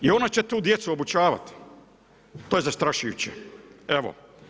I ona će tu djecu obučavati, to je zastrašujuće, evo.